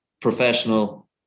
professional